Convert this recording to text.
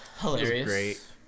Hilarious